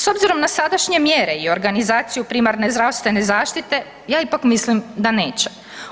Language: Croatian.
S obzirom na sadašnje mjere i organizaciju primarne zdravstvene zaštite, ja ipak mislim da neće.